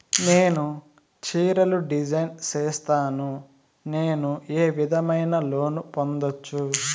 నేను చీరలు డిజైన్ సేస్తాను, నేను ఏ విధమైన లోను పొందొచ్చు